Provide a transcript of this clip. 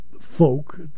folk